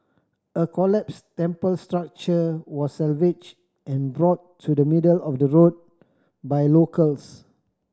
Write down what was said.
a collapsed temple structure was salvaged and brought to the middle of the road by locals